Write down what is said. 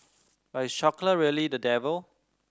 but is chocolate really the devil